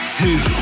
two